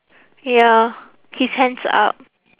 ya his hands are up